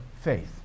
faith